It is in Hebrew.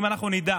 אם אנחנו נדע